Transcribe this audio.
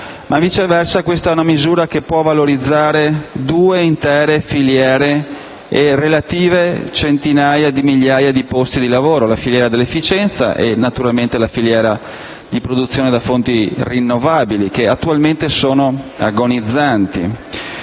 Viceversa, è una misura che può valorizzare due intere filiere e centinaia di migliaia di posti di lavoro: la filiera dell'efficienza e, naturalmente, la filiera di produzione da fonti rinnovabili, che attualmente sono agonizzanti.